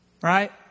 Right